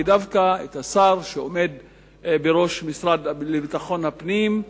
ודווקא השר שעומד בראש המשרד לביטחון הפנים,